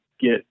get